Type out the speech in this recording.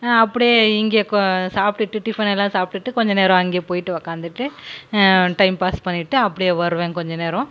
அப்படியே இங்கே சாப்பிட்டுட்டு டிஃபன் எல்லாம் சாப்பிட்டுட்டு கொஞ்ச நேரம் அங்கேயே போய்விட்டு உட்காந்துட்டு டைம் பாஸ் பண்ணிட்டு அப்படியே வருவேன் கொஞ்ச நேரம்